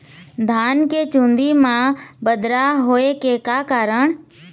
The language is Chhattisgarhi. धान के चुन्दी मा बदरा होय के का कारण?